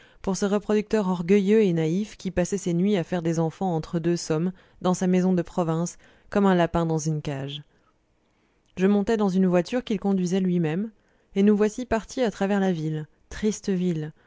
pour ce reproducteur orgueilleux et naïf qui passait ses nuits à faire des enfants entre deux sommes dans sa maison de province comme un lapin dans une cage je montai dans une voiture qu'il conduisait lui-même et nous voici partis à travers la ville triste ville